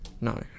No